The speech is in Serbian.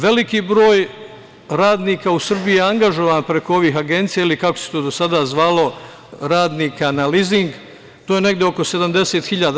Veliki broj radnika u Srbiji anagažovan preko ovih agencija, ili kako se to do sada zvalo radnika na lizing, to je negde oko 70 hiljada.